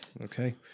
Okay